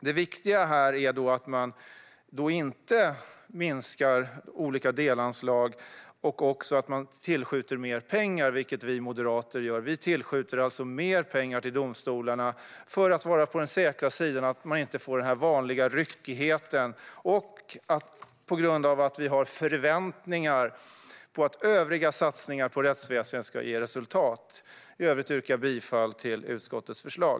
Det viktiga här är att man inte minskar olika delanslag och att man tillskjuter mer pengar, vilket vi moderater gör. Vi tillskjuter mer pengar till domstolarna för att vara på den säkra sidan och undvika den vanliga ryckigheten. Vi gör det också för att vi har förväntningar på att övriga satsningar på rättsväsendet ske ge resultat. I övrigt yrkar jag bifall till utskottets förslag.